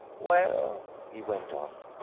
well, he went on,